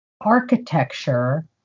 architecture